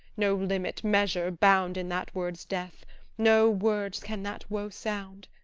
no limit, measure, bound, in that word's death no words can that woe sound